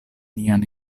nian